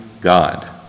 God